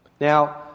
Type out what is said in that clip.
Now